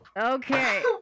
Okay